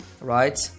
right